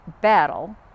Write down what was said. battle